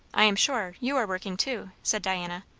i am sure, you are working too, said diana.